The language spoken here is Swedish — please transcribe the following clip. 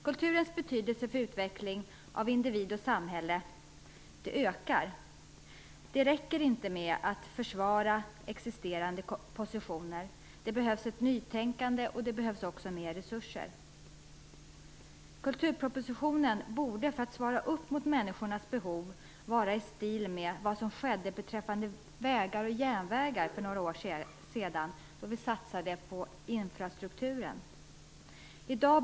Kulturens betydelse för utveckling av individ och samhälle ökar. Det räcker inte med att försvara existerande positioner. Det behövs ett nytänkande och också mer resurser. För att svara upp mot människornas behov borde kulturpropositionen vara i stil med det som skedde med vägar och järnvägar för några år sedan då vi satsade på infrastrukturen.